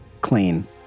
clean